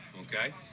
okay